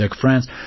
France